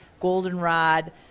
goldenrod